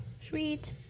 sweet